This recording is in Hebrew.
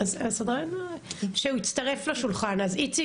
בתוך כל האתגרים האלו שמתמודד איתם